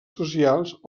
socials